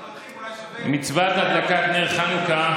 אולי שווה, נגמר הזמן.